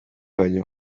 baino